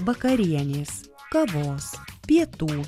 vakarienės kavos pietų